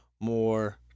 more